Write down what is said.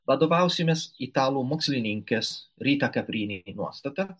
vadovausimės italų mokslininkės rita kaprini nuostata